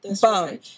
bone